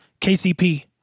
KCP